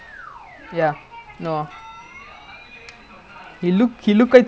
யாரு:yaaru haikal ah no lah he in some neighbourhood school now in polytechnic I think